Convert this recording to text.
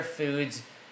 foods